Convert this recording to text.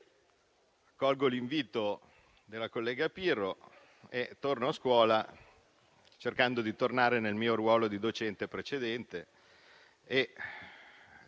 colgo l'invito della collega Pirro e torno a scuola, cercando di tornare nel mio ruolo precedente